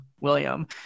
William